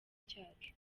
cyacu